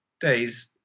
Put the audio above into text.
days